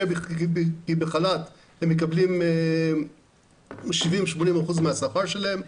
כי בחל"ת הם מקבלים 70% מהשכר שלהם,